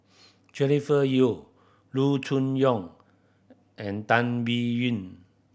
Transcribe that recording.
Jennifer Yeo Loo Choon Yong and Tan Biyun